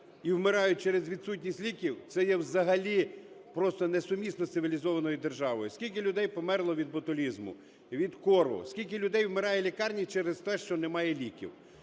і вмирають через відсутність ліків, це є взагалі просто несумісно з цивілізованою державою. Скільки людей померло від ботулізму, від кору, скільки людей вмирає в лікарні через те, що немає ліків?